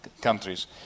countries